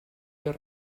del